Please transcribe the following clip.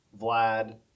Vlad